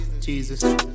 Jesus